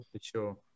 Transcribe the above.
sure